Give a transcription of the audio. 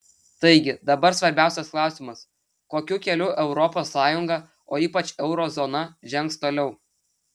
taigi dabar svarbiausias klausimas kokiu keliu europos sąjunga o ypač euro zona žengs toliau